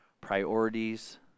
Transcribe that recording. priorities